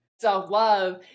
Self-love